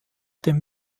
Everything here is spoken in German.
dem